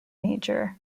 major